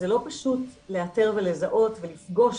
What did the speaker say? זה לא פשוט לאתר ולזהות ולפגוש